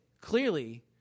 clearly